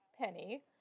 Penny